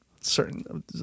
certain